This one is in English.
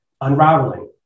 unraveling